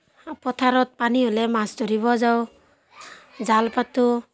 পথাৰত পানী হ'লে মাছ ধৰিব যাওঁ জাল পাতোঁ